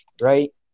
right